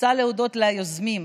רוצה להודות ליוזמים,